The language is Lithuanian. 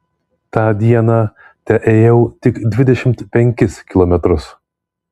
tą dieną teėjau tik dvidešimt penkis kilometrus